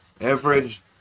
average